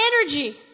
energy